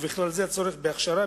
ובכלל זה הצורך בהכשרה,